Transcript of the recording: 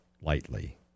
lightly